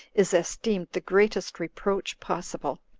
is esteemed the greatest reproach possible.